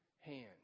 hand